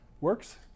works